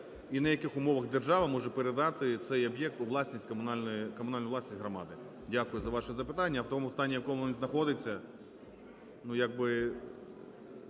як і на яких умовах держава може передати цей об'єкт у власність, комунальну власність громади. Дякую за ваше запитання. В тому стані, в якому він знаходиться, ну, як би